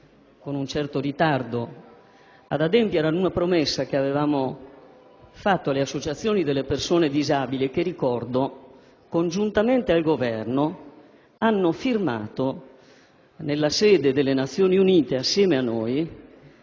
con un certo ritardo ad adempiere ad una promessa fatta alle associazioni delle persone disabili e che - ricordo - congiuntamente al Governo hanno firmato nella sede delle Nazioni Unite assieme a noi